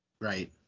right